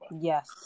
Yes